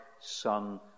Son